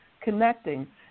connecting